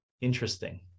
interesting